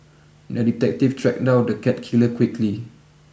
the detective tracked down the cat killer quickly